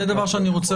אני רוצה